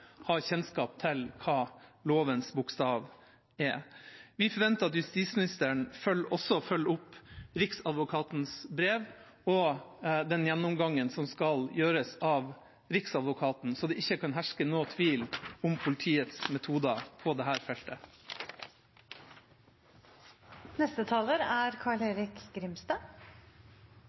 kjennskap til hva lovens bokstav er. Vi forventer at justisministeren også følger opp Riksadvokatens brev og den gjennomgangen som skal gjøres av Riksadvokaten, slik at det ikke kan herske noen tvil om politiets metoder på